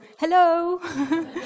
hello